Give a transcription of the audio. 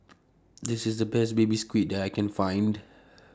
This IS The Best Baby Squid that I Can Find